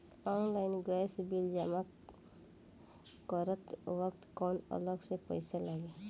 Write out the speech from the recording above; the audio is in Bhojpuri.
ऑनलाइन गैस बिल जमा करत वक्त कौने अलग से पईसा लागी?